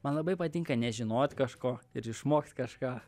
man labai patinka nežinot kažko ir išmokt kažką